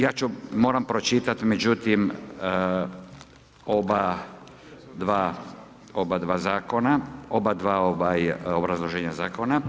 Ja ću, moram pročitati, međutim, oba dva Zakona, oba dva ovaj obrazloženja Zakona.